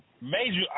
Major